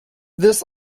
this